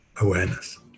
awareness